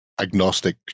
agnostic